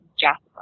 Jasper